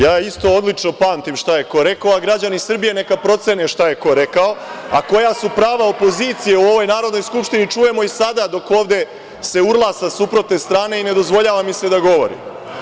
Ja isto odlično pamtim šta je ko rekao, a građani Srbije neka procene šta je ko rekao, a koja su prava opozicije u ovoj Narodnoj skupštini čujemo i sada dok se ovde urla sa suprotne strane i ne dozvoljava mi se da govorim.